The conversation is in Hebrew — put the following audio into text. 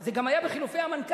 זה גם היה בחילופי המנכ"לים,